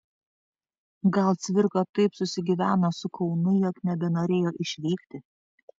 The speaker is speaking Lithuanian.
gal cvirka taip susigyveno su kaunu jog nebenorėjo išvykti